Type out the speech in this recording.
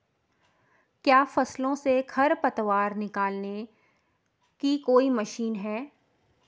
क्या फसलों से खरपतवार निकालने की कोई मशीन है?